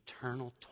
eternal